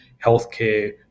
healthcare